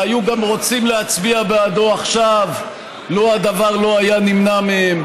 והיו גם רוצים להצביע בעדו עכשיו לו הדבר לא היה נמנע מהם,